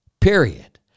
period